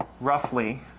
roughly